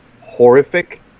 horrific